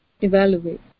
evaluate